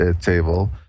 table